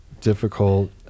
difficult